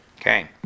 Okay